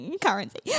currency